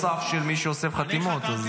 של מי שאוסף חתימות.